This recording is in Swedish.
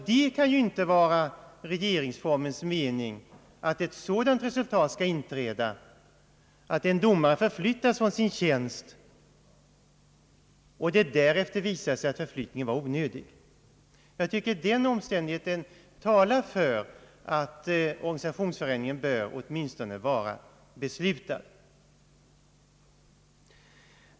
Det kan ju inte vara regeringsformens mening att ett sådant resultat skall inträda att en domare förflyttas från sin tjänst och det därefter visar sig att förflyttningen var onödig. Jag tycker att den omständigheten talar för att organisationsförändringen bör åtminstone vara beslutad.